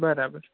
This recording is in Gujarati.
બરાબર